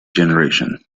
generation